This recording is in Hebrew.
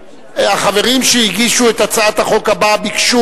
החברים שהגישו את הצעת החוק הבאה ביקשו,